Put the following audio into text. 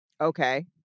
Okay